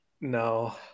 no